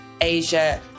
Asia